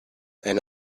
and